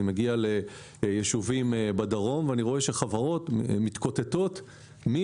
אני מגיע ליישובים בדרום ואני רואה שחברות רבות על מי